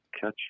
catch